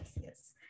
yes